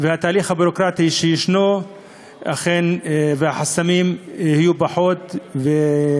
ובתהליך הביורוקרטי שישנו אכן יהיו פחות חסמים,